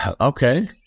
okay